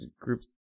groups